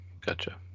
gotcha